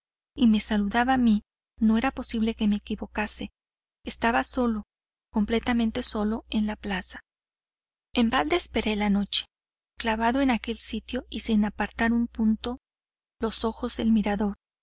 y me saludaba a mí no era posible que me equivocase estaba solo completamente solo en la plaza en balde esperé la noche clavado en aquel sitio y sin apartar un punto los ojos del mirador